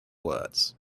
words